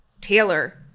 Taylor